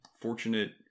fortunate